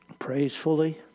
Praisefully